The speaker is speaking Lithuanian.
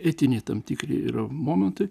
etiniai tam tikri ir momentai